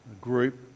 group